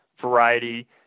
variety